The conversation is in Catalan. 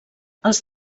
els